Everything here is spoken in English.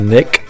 Nick